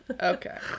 Okay